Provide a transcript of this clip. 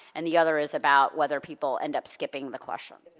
and the other is about whether people end up skipping the question.